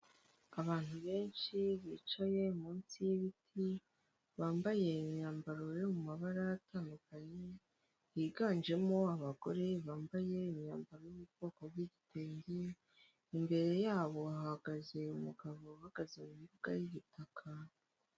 Abantu benshi bicaye munsi y'ibiti, bambaye imyambaro yo mu mabara atandukanye yiganjemo abagore bambaye imyambaro yo mu bwoko bw'igitenge, imbere yabo hahagaze umugabo uhagaze mu mbuga y'ibitaka.